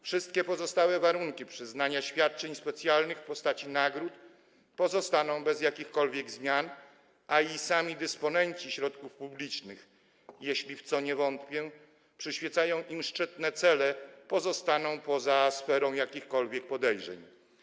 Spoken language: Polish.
Wszystkie pozostałe warunki przyznania świadczeń specjalnych w postaci nagród pozostaną bez jakichkolwiek zmian, a i sami dysponenci środków publicznych, jeśli - w co nie wątpię - przyświecają im szczytne cele, pozostaną poza sferą jakichkolwiek podejrzeń.